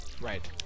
right